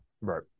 Right